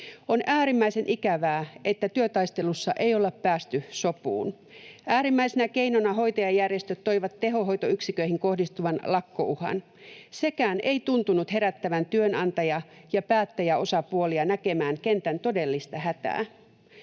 On äärimmäisen ikävää, että työtaistelussa ei olla päästy sopuun. Äärimmäisenä keinona hoitajajärjestöt toivat tehohoitoyksiköihin kohdistuvan lakkouhan. Sekään ei tuntunut herättävän työnantaja- ja päättäjäosapuolia näkemään kentän todellista hätää.